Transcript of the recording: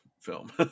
film